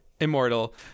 immortal